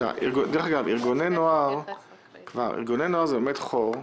ארגוני נוער זה באמת חור.